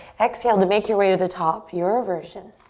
exhale to make your way to the top, your version.